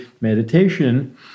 meditation